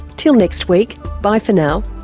till next week bye for now